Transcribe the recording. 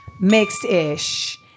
mixed-ish